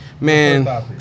Man